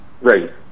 Right